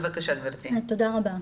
תודה רבה.